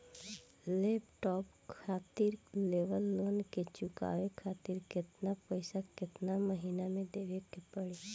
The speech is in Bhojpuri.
लैपटाप खातिर लेवल लोन के चुकावे खातिर केतना पैसा केतना महिना मे देवे के पड़ी?